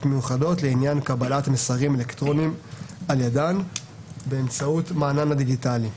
מיוחדות לעניין קבלת מסרים אלקטרוניים על ידן באמצעות מענן הדיגיטלי,